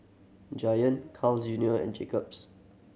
Giant Carl Junior and Jacob's